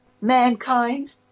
mankind